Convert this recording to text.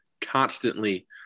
constantly